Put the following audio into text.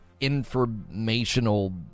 informational